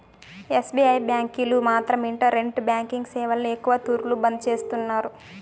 SBI బ్యాంకీలు మాత్రం internet banking సేవల్ని ఎక్కవ తూర్లు బంద్ చేస్తున్నారు